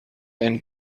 ein